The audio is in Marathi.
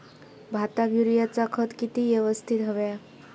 भाताक युरियाचा खत किती यवस्तित हव्या?